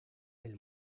del